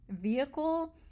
vehicle